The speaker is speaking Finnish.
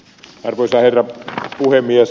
arvoisa herra puhemies